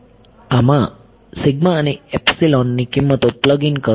આમાં અને ની કિંમતો પ્લગ ઇન કરો